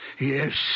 Yes